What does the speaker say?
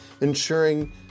ensuring